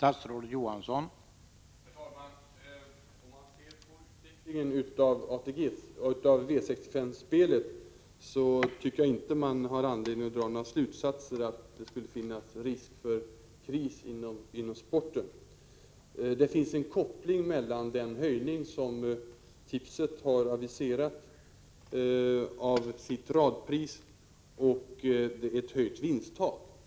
Herr talman! Utvecklingen av V65-spelet tycker jag inte ger anledning att dra slutsatsen att det skulle finnas risk för kris inom sporten. Det finns en koppling mellan den höjning tipset har aviserat av sitt radpris och ett höjt vinsttak.